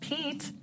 Pete